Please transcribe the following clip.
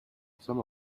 some